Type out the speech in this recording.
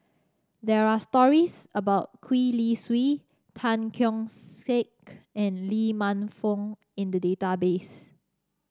there are stories about Gwee Li Sui Tan Keong Saik and Lee Man Fong in the database